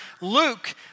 Luke